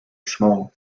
small